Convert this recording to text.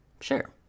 sure